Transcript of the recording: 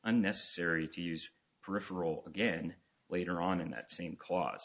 unnecessary to use peripheral again later on in that same clau